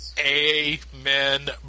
Amen